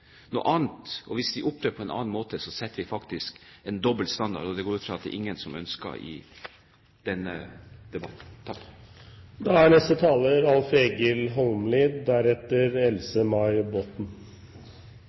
Hvis de opptrer på en annen måte, setter vi en dobbel standard, og det går jeg ut fra at ingen i denne debatten ønsker. Først vil eg takke representanten Svein Roald Hansen for å ta opp denne